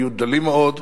היו דלים מאוד,